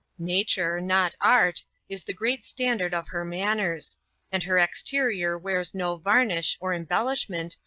nature, not art, is the great standard of her manners and her exterior wears no varnish, or embellishment,